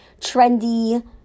trendy